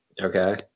Okay